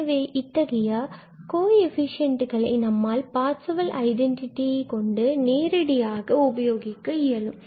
எனவே இத்தகைய கோஎஃபிசியண்டுகளை கொண்டு நம்மால் பார்சவெல் ஐடென்டிட்டி நேரடி தீர்வை உபயோகிக்க இயலும்